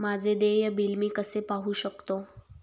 माझे देय बिल मी कसे पाहू शकतो?